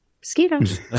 mosquitoes